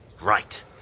Right